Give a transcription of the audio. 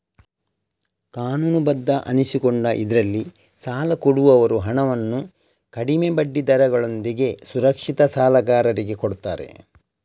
ಕಾನೂನುಬದ್ಧ ಅನಿಸಿಕೊಂಡ ಇದ್ರಲ್ಲಿ ಸಾಲ ಕೊಡುವವರು ಹಣವನ್ನು ಕಡಿಮೆ ಬಡ್ಡಿ ದರಗಳೊಂದಿಗೆ ಸುರಕ್ಷಿತ ಸಾಲಗಾರರಿಗೆ ಕೊಡ್ತಾರೆ